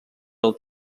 del